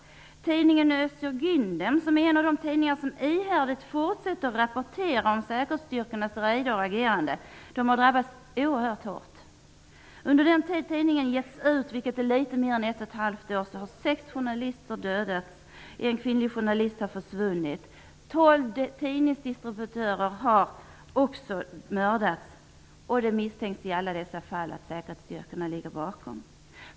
Tidningen Özgur Gundem, som är en av de tidningar som ihärdigt fortsätter att rapportera om säkerhetsstyrkornas räder och agerande, har drabbats oerhört hårt. Under den tid som tidningen har getts ut, vilket är litet mer än ett och ett halvt år, har sex journalister dödats. En kvinnlig journalist har försvunnit. Tolv tidningsdistributörer har mördats. Säkerhetsstyrkorna misstänkas ligga bakom alla dessa fall.